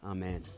Amen